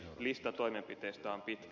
lista toimenpiteistä on pitkä